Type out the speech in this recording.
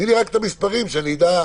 תני לי רק את המספרים כדי שאני אדע,